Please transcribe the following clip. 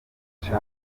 gacaca